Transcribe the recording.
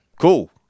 cool